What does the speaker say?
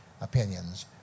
opinions